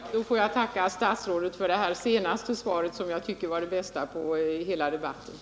Herr talman! Då får jag tacka statsrådet för det senaste svaret, som jag tycker var det bästa under hela debatten.